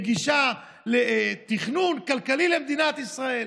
מגישה תכנון כלכלי למדינת ישראל.